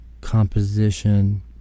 composition